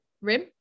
Rim